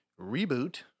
reboot